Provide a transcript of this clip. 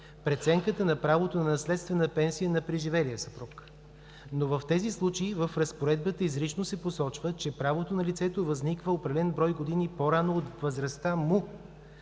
преценката на правото на наследствена пенсия на преживелия съпруг, но в тези случаи в разпоредбата изрично се посочва, че правото на лицето възниква определен брой години по-рано от възрастта му